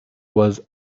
was